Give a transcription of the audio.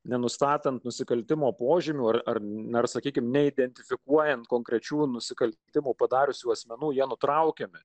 nenustatant nusikaltimo požymių ar ar nors sakykime neidentifikuojant konkrečių nusikaltimų padariusių asmenų jie nutraukiami